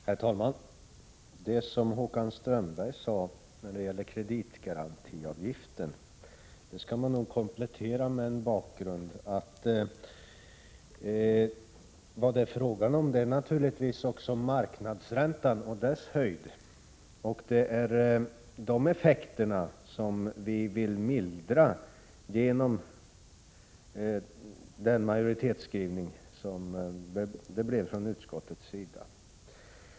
Herr talman! Det som Håkan Strömberg sade när det gällde kreditgarantiavgiften skall man nog komplettera med en bakgrund. Det är naturligtvis också fråga om marknadsräntan och dess höjd. Det är effekterna härav vi vill mildra genom majoritetsskrivningen i utskottet.